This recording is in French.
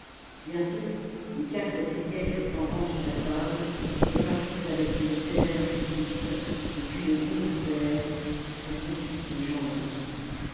bientôt les quatre briquets furent en rang sur la table répartis avec une sévère justice depuis le gros du père jusqu'au petit de jeanlin